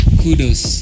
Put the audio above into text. kudos